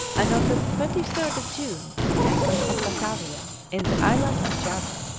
and on the twenty third of june anchored at batavia, in the island of java.